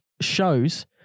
shows